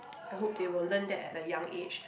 I hope they will learn that at a young age